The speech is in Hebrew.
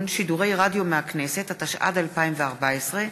התשע"ד 2014,